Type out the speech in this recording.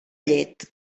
llet